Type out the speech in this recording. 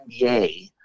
NBA